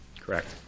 Correct